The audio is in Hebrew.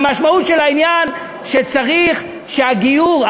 והמשמעות של העניין שצריך שהגיור,